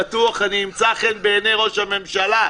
בטוח אמצא חן בעיני ראש הממשלה.